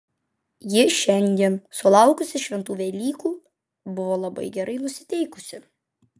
ji šiandien sulaukusi šventų velykų buvo labai gerai nusiteikusi